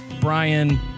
Brian